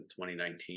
2019